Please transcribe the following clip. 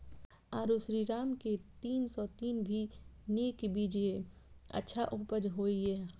आरो श्रीराम के तीन सौ तीन भी नीक बीज ये अच्छा उपज होय इय?